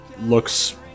looks